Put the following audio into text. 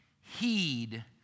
heed